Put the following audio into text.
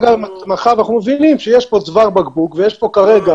מאחר ואנחנו מבינים שיש פה צוואר בקבוק ויש פה כרגע